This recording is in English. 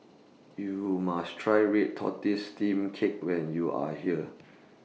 YOU must Try Red Tortoise Steamed Cake when YOU Are here